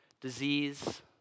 disease